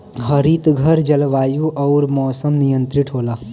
हरितघर जलवायु आउर मौसम नियंत्रित होला